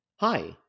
Hi